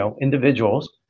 individuals